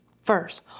first